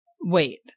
Wait